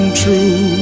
true